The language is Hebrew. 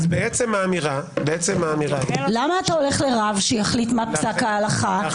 אז בעצם האמירה --- למה אתה הולך לרב שיחליט מה פסק ההלכה?